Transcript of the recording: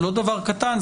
זה לא דבר קטן,